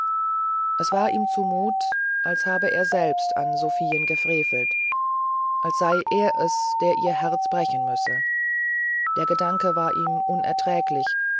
es war ihm zu mut als habe er selbst an sophien gefrevelt als sei er es der ihr herz brechen müsse der gedanke war ihm unerträglich